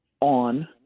on